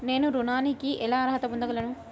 నేను ఋణానికి ఎలా అర్హత పొందగలను?